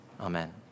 Amen